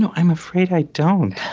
i'm afraid i don't.